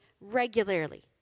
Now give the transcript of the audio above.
regularly